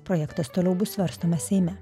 projektas toliau bus svarstomas seime